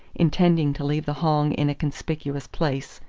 intending to leave the hong in a conspicuous place,